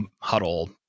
Huddle